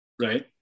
right